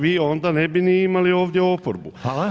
Vi onda ne bi ni imali ovdje oporbu.